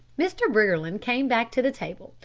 mr. briggerland came back to the table,